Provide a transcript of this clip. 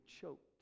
choked